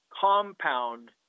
compound